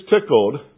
tickled